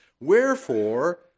Wherefore